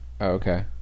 Okay